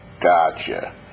gotcha